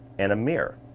and a mirror.